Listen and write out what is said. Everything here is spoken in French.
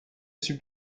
sur